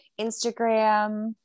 Instagram